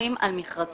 דיווחים על מכרזים.